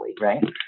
right